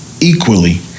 equally